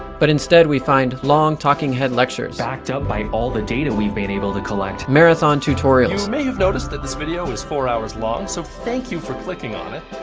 but instead we find long, talking-head lectures. backed up by all the data we've been able to collect marathon tutorials. you may have noticed that this video is four hours long, so thank you for clicking on it.